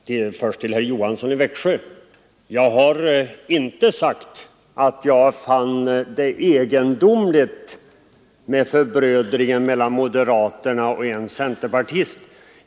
Herr talman! Jag vill till att börja med säga till herr Johansson i Växjö att jag inte har sagt att jag fann förbrödringen mellan moderaterna och en centerpartist egendomlig.